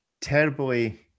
terribly